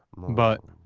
but